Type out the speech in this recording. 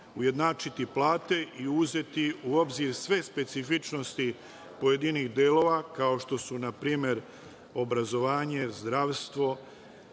ujednačiti plate i uzeti u obzir sve specifičnosti pojedinih delova kao što su npr. obrazovanje, zdravstvo,